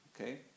Okay